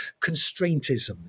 constraintism